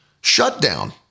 shutdown